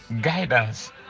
guidance